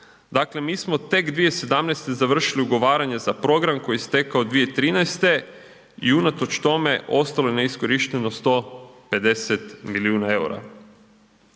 Dakle mi smo tek 2017. završili ugovaranje za program koji je istekao 2013. i unatoč tome ostalo je neiskorišteno 150 milijuna eura.